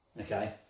Okay